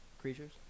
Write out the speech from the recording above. creatures